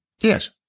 Yes